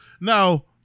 Now